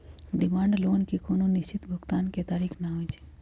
demand loan के कोनो निश्चित भुगतान के तारिख न होइ छइ